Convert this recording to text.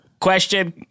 question